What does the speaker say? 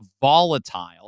volatile